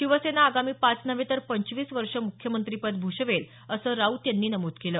शिवसेना आगामी पाच नव्हे तर पंचवीस वर्षे मुख्यमंत्रीपद भूषवेल असं राऊत यांनी नमूद केलं